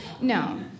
No